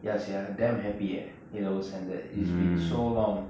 ya sia damn happy eh A levels ended it's been so long